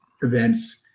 events